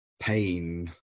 pain